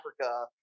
Africa